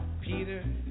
Peter